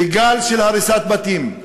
לגל של הריסת בתים,